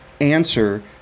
answer